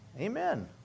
Amen